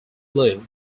blue